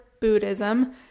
Buddhism